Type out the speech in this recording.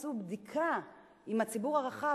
עשו בדיקה בציבור הרחב,